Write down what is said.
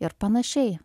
ir panašiai